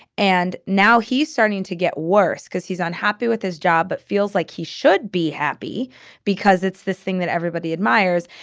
and now he's starting to get worse because he's unhappy with his job, but feels like he should be happy because it's this thing that everybody admires.